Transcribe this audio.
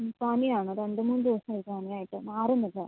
ഉം പനി ആണ് രണ്ട് മൂന്ന് ദിവസം ആയി പനി ആയിട്ട് മാറുന്നില്ല